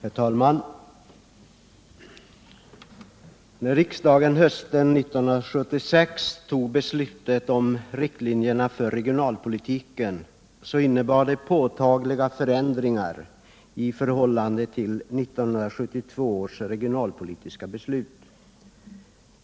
Herr talman! När riksdagen hösten 1976 fattade beslutet om riktlinjerna för regionalpolitiken innebar det påtagliga förändringar i förhållande till 1972 års regionalpolitiska beslut.